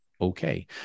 okay